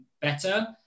better